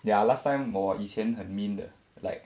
ya last time 我以前很 mean 的 like